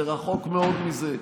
זה רחוק מאוד מזה.